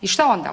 I što onda?